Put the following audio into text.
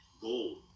Gold